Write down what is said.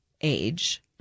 age